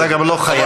אתה גם לא חייב.